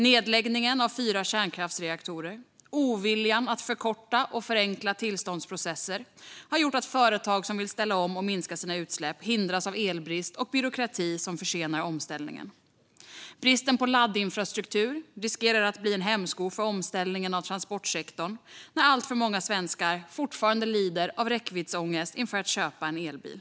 Nedläggningen av fyra kärnkraftsreaktorer och oviljan att förkorta och förenkla tillståndsprocesser har gjort att företag som vill ställa om och minska sina utsläpp hindras av elbrist och byråkrati som försenar omställningen. Bristen på laddinfrastruktur riskerar bli en hämsko för omställningen av transportsektorn när alltför många svenskar fortfarande lider av räckviddsångest inför att köpa en elbil.